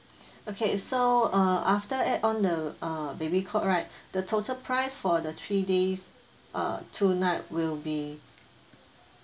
okay so uh after add on the uh baby cot right the total price for the three days uh two night will be